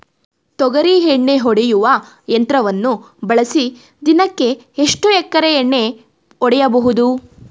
ತೊಗರಿ ಎಣ್ಣೆ ಹೊಡೆಯುವ ಯಂತ್ರವನ್ನು ಬಳಸಿ ದಿನಕ್ಕೆ ಎಷ್ಟು ಎಕರೆ ಎಣ್ಣೆ ಹೊಡೆಯಬಹುದು?